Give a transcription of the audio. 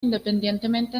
independientemente